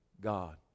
God